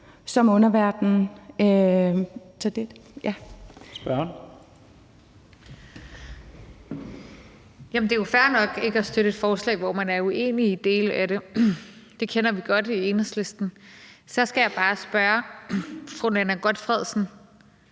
Rosa Lund (EL): Det er fair nok ikke at støtte et forslag, hvor man er uenig i dele af det; det kender vi godt i Enhedslisten. Så skal jeg bare spørge fru Nanna W. Gotfredsen: